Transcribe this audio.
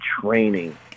training